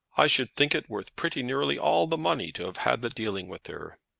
i should think it worth pretty nearly all the money to have had the dealing with her.